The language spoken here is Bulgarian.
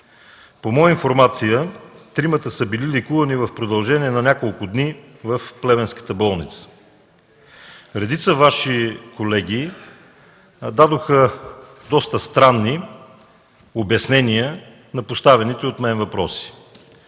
По моя информация тримата са били лекувани в продължение на няколко дни в Плевенската болница. Редица Ваши колеги дадоха доста странни обяснения на поставените от мен въпроси.